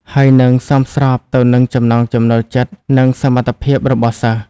ហើយនិងសមស្របទៅនឹងចំណង់ចំណូលចិត្តនិងសមត្ថភាពរបស់សិស្ស។